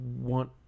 want